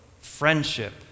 friendship